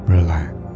Relax